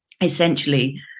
essentially